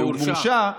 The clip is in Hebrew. והוא הורשע.